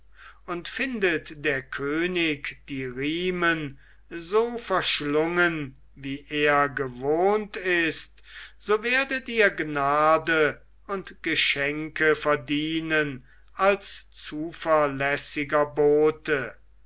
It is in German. und findet der könig die riemen so verschlungen wie er gewohnt ist so werdet ihr gnade und geschenke verdienen als zuverlässiger bote